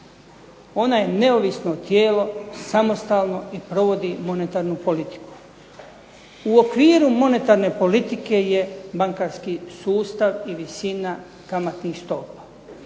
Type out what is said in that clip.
Ona je neovisno tijelo samostalno i provodi monetarnu politiku. U okviru monetarne politike je bankarski sustav i visina kamatnih stopa.